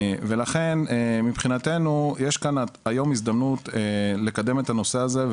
ולכן מבחינתנו יש כאן היום הזדמנות לקדם את הנושא הזה,